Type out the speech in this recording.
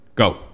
go